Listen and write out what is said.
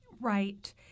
Right